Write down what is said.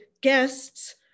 guests